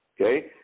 okay